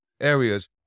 areas